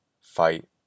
fight